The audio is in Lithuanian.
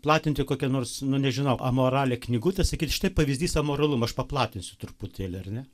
platinti kokią nors nu nežinau amoralią knygutę ir sakyt štai pavyzdys amoralumo aš paplatinsiu truputėlį ar ne